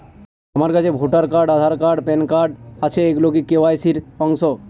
আমার কাছে voter card Aadhaar card PAN card আছে এগুলো কি কে.ওয়াই.সি র অংশ?